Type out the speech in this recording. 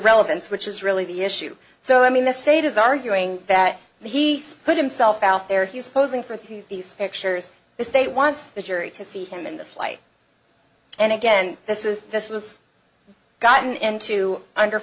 relevance which is really the issue so i mean the state is arguing that he put himself out there he's posing for through these pictures because they want the jury to see him in this light and again this is this has gotten into under